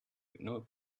ignore